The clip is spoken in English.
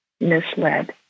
misled